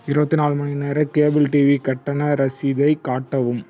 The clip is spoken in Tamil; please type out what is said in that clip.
இருபத்தி நாலு மணி நேரம் கேபிள் டிவி கட்டண ரசீதைக் காட்டவும்